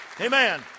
Amen